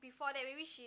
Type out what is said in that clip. before that maybe she's